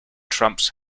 trumps